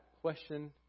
question